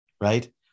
Right